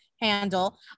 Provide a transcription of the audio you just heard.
handle